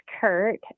Kurt